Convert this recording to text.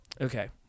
Okay